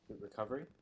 Recovery